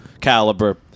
caliber